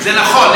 לדוגמה,